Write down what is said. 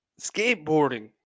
skateboarding